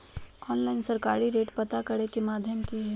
Online सरकारी rate पता करे के माध्यम की हय?